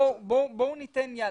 בואו ניתן יד.